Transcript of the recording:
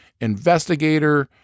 investigator